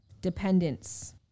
Dependence